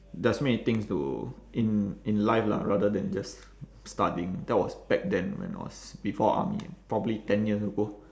there are so many things to in in life lah rather than just studying that was back then when I was before army probably ten years ago